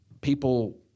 people